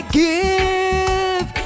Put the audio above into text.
give